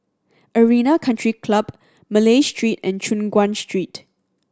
Arena Country Club Malay Street and Choon Guan Street